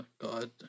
god